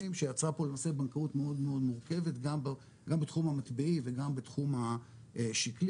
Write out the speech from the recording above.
שיצרה פה בנקאות מאוד מורכבת גם בתחום המטבעי וגם בתחום השיקלי,